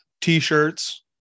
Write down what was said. t-shirts